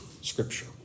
Scripture